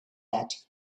that